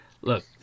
look